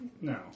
No